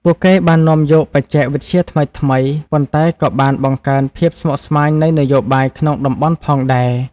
ពួកគេបាននាំយកបច្ចេកវិទ្យាថ្មីៗ ប៉ុន្តែក៏បានបង្កើនភាពស្មុគស្មាញនៃនយោបាយក្នុងតំបន់ផងដែរ។